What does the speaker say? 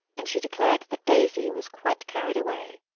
and she declared that daisy was quite carried away.